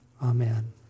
Amen